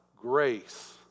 grace